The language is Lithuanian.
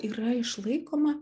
yra išlaikoma